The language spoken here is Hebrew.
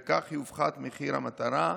וכך יופחת מחיר המטרה.